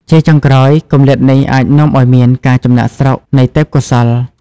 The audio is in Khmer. ជាចុងក្រោយ គម្លាតនេះអាចនាំឱ្យមាន ការចំណាកស្រុកនៃទេពកោសល្យ។